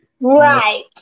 right